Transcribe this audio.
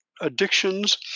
addictions